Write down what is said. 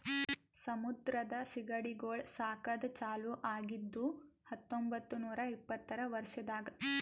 ಸಮುದ್ರದ ಸೀಗಡಿಗೊಳ್ ಸಾಕದ್ ಚಾಲೂ ಆಗಿದ್ದು ಹತೊಂಬತ್ತ ನೂರಾ ಇಪ್ಪತ್ತರ ವರ್ಷದಾಗ್